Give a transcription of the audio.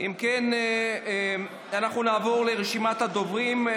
אם כן, אנחנו נעבור לרשימת הדוברים.